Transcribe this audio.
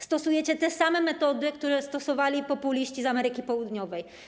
Stosujecie te same metody, które stosowali populiści z Ameryki Południowej.